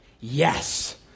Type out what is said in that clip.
Yes